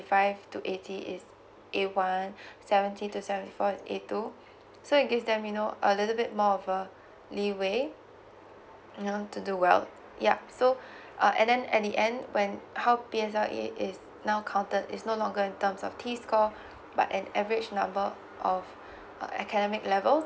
five to eighty is A one seventy to seventy four is A two so you give them you know a little bit more of a leeway yo know to do well yup so uh and then at the end when how P_S_L_E is now counted is no longer in terms of T score but an average number of uh academic level